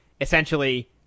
essentially